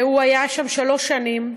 והוא היה שם שלוש שנים.